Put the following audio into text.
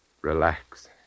relax